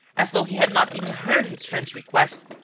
as though he had not even heard his friend's request,